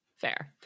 Fair